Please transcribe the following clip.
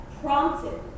prompted